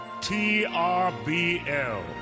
T-R-B-L